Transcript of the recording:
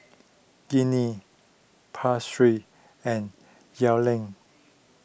Gianni and